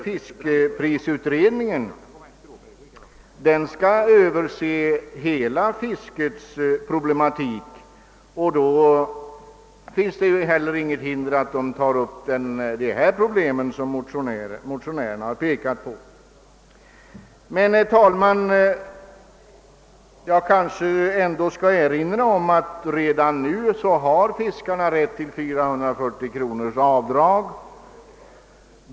Fiskprisutredningen skall emellertid se över hela fiskets problematik, varför det inte finns någonting som hindrar att den även tar upp de problem som motionärerna har pekat på. Men, herr talman, jag bör kanske ändå erinra om att fiskarna redan nu har rätt till avdrag med högst 440 kronor för merutgifter för proviant.